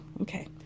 Okay